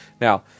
Now